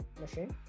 machine